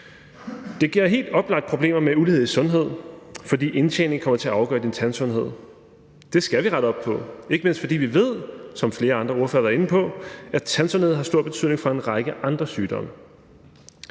Det giver helt oplagt problemer med ulighed i sundhed, fordi indtjening kommer til at afgøre din tandsundhed. Det skal vi rette op på, ikke mindst fordi vi ved, som flere andre ordførere har været inde på, at tandsundhed har stor betydning for en række andre sygdomme.